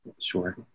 Sure